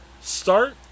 start